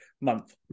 month